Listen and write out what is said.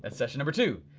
and session number two.